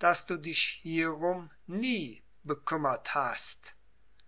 daß du dich hierum nie bekümmert hast